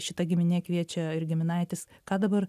šita giminė kviečia ir giminaitis ką dabar